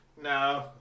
No